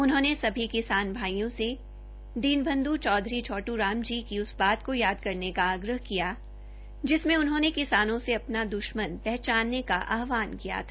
उन्होंने सभी किसान भाईयों ने दीनबंध् छोटू की उस बात को याद करने का आग्रह किया जिसमें उन्होंने किसानों से अपना द्श्मन पहचानने का आह्वान किया था